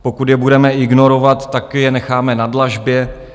Pokud je budeme ignorovat, tak je necháme na dlažbě.